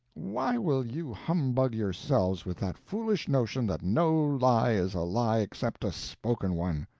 why will you humbug yourselves with that foolish notion that no lie is a lie except a spoken one?